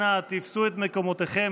אנא, תפסו את מקומותיכם.